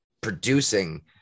producing